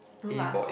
no lah